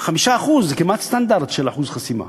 5% זה כמעט סטנדרט של אחוז חסימה.